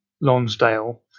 Lonsdale